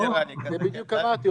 בדיוק אמרתי,